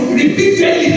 repeatedly